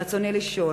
רצוני לשאול: